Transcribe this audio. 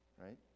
right